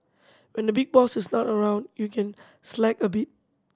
when the big boss is not around you can slack a bit